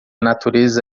natureza